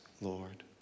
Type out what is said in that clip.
Lord